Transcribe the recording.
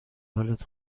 حالت